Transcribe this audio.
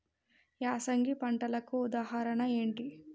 యాసంగి పంటలకు ఉదాహరణ ఏంటి?